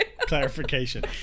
Clarification